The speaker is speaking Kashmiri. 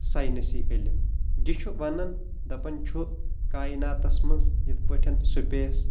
ساینسی علِم یہِ چھُ ونان دپان چھُ کایناتس منٛز یتھ پٲٹھۍ سپیس